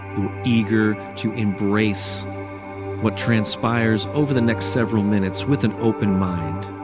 eager to embrace what transpires over the next several minutes with an open mind.